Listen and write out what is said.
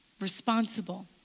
responsible